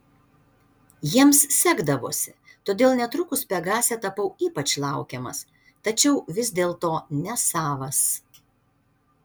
jiems sekdavosi todėl netrukus pegase tapau ypač laukiamas tačiau vis dėlto nesavas